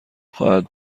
خواهد